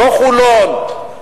לא חולון,